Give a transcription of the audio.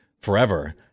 forever